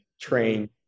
train